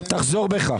תחזור בך.